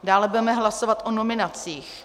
Dále budeme hlasovat o nominacích.